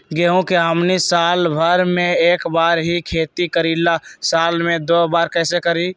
गेंहू के हमनी साल भर मे एक बार ही खेती करीला साल में दो बार कैसे करी?